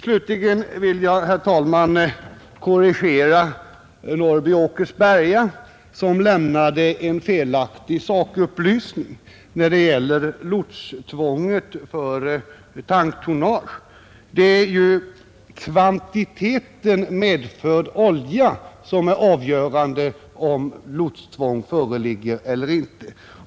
Slutligen vill jag, herr talman, korrigera herr Norrby i Åkersberga som lämnade en felaktig sakupplysning när det gäller lotstvånget för tanktonnage. Det är ju kvantiteten medförd olja som är avgörande för om lotstvång föreligger eller inte.